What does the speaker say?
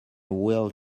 wheel